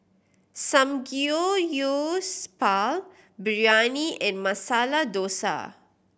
Samgeyopsal Biryani and Masala Dosa